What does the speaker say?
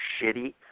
shitty